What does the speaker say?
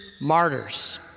martyrs